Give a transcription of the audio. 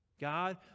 God